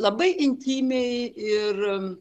labai intymiai ir